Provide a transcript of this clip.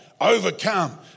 overcome